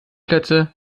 plätze